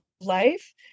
life